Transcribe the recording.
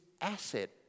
asset